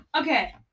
Okay